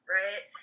right